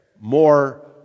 more